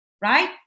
Right